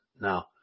Now